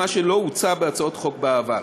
מה שלא הוצע בהצעות חוק דומות בעבר.